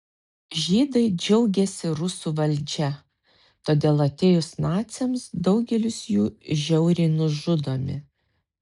žydai džiaugiasi rusų valdžia todėl atėjus naciams daugelis jų žiauriai nužudomi